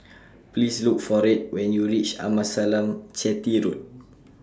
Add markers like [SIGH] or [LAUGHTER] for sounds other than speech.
[NOISE] Please Look For Red when YOU REACH Amasalam Chetty Road